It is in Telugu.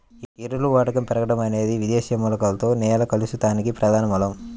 ఎరువుల వాడకం పెరగడం అనేది విదేశీ మూలకాలతో నేల కలుషితానికి ప్రధాన మూలం